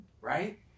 right